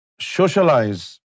socialize